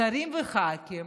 שרים וח"כים,